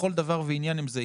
לכל דבר ועניין הם זהים.